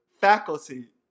Faculty